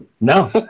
No